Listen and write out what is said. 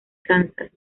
kansas